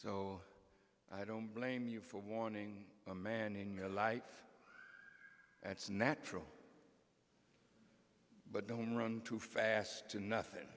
go i don't blame you for wanting a man in your life that's natural but don't run too fast and nothing